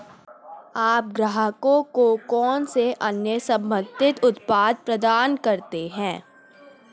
आप ग्राहकों को कौन से अन्य संबंधित उत्पाद प्रदान करते हैं?